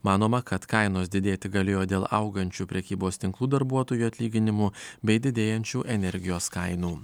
manoma kad kainos didėti galėjo dėl augančių prekybos tinklų darbuotojų atlyginimų bei didėjančių energijos kainų